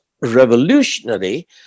revolutionary